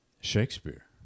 Shakespeare